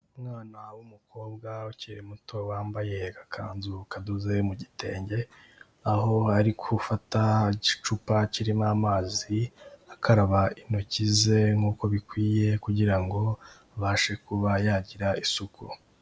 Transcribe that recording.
Umwana w'umukobwa ukiri muto wambaye agakanzu kadoze mu gitenge, aho ari gufata igicupa kirimo amazi akaba intoki ze nk'uko bikwiye, kugira ngo abashe kuba yagira isuku.